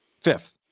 fifth